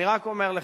אני רק אומר לך,